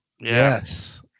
Yes